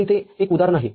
तर इथे एक उदाहरण आहे